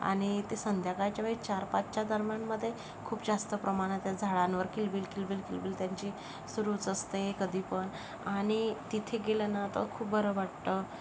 आणि ते संध्याकाळच्या वेळेस चार पाचच्या दरम्यानमध्ये खूप जास्त प्रमाणात ते झाडांवर किलबिल किलबिल किलबिल त्यांची सुरूच असते कधी पण आणि तिथे गेल्यानं तर खूप बरं वाटतं